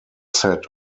set